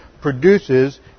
produces